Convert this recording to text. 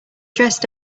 dressed